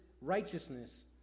righteousness